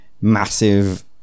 massive